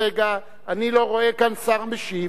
המתן רגע, אני לא רואה כאן שר משיב.